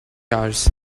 hours